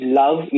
love